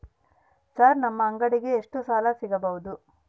Sir ನಮ್ಮ ಅಂಗಡಿಗೆ ಎಷ್ಟು ಸಾಲ ಸಿಗಬಹುದು?